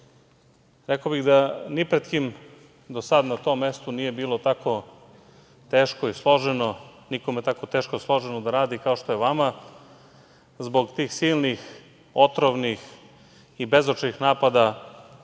Rekao bih da ni pred kim do sad na tom mestu nije bilo tako teško i složeno da radi kao što je vama, zbog tih silnih otrovnih i bezočnih napada